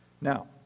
Now